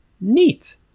Neat